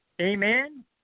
Amen